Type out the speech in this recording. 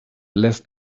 last